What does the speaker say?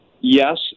Yes